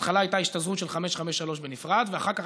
בהתחלה הייתה השתזרות של 553 בנפרד ואחר כך